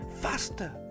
faster